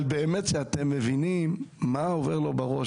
אבל באמת שאתם מבינים מה עובר לכם בראש,